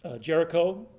Jericho